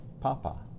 Papa